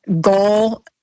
goal